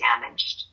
damaged